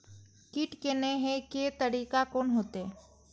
कीट के ने हे के तरीका कोन होते?